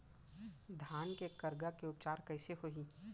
धान के करगा के उपचार कइसे होही?